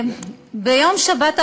ביום שבת האחרון,